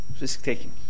risk-taking